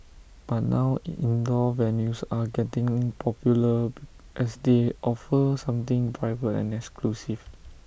but now indoor venues are getting popular as they offer something private and exclusive